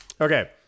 Okay